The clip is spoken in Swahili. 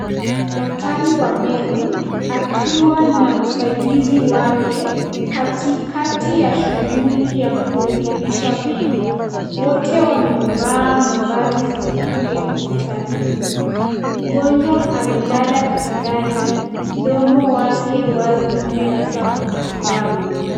Daktari wa meno akiwa na msaidizi wake katikati ya shughuli ya kurekebisha meno. Wote wamevaa mavazi sahihi ya kitabibu. Mgonjwa amelala kitandani, mdomo wake wazi kabisa kwa matibabu.